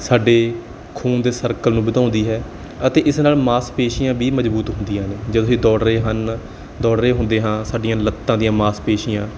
ਸਾਡੇ ਖੂਨ ਦੇ ਸਰਕਲ ਨੂੰ ਵਧਾਉਂਦੀ ਹੈ ਅਤੇ ਇਸ ਨਾਲ ਮਾਸਪੇਸ਼ੀਆਂ ਵੀ ਮਜ਼ਬੂਤ ਹੁੰਦੀਆਂ ਹਨ ਜਦੋਂ ਅਸੀਂ ਦੌੜ ਰਹੇ ਹਨ ਦੌੜ ਰਹੇ ਹੁੰਦੇ ਹਾਂ ਸਾਡੀਆਂ ਲੱਤਾਂ ਦੀਆਂ ਮਾਸਪੇਸ਼ੀਆਂ